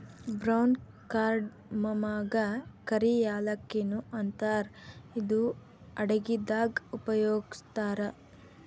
brown ಕಾರ್ಡಮಮಗಾ ಕರಿ ಯಾಲಕ್ಕಿ ನು ಅಂತಾರ್ ಇದು ಅಡಗಿದಾಗ್ ಉಪಯೋಗಸ್ತಾರ್